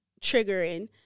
triggering